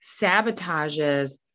sabotages